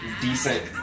decent